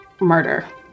murder